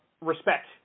respect